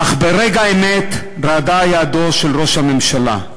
אך ברגע האמת רעדה ידו של ראש הממשלה.